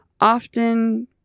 often